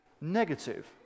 negative